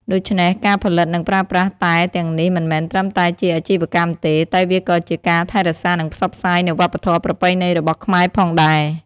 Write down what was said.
ដូច្នេះ ការផលិតនិងប្រើប្រាស់តែទាំងនេះមិនមែនត្រឹមតែជាអាជីវកម្មទេ តែវាក៏ជាការថែរក្សានិងផ្សព្វផ្សាយនូវវប្បធម៌ប្រពៃណីរបស់ខ្មែរផងដែរ។